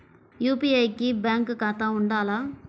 UPI కి bank ఖాతా ఉండాల?